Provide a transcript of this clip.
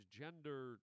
gender